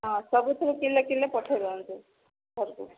ହଁ ସବୁଥିରୁ କିଲେ କିଲେ ପଠେଇ ଦିଅନ୍ତୁ ଘରକୁ